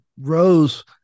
Rose